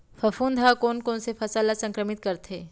फफूंद ह कोन कोन से फसल ल संक्रमित करथे?